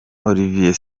olivier